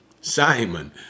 Simon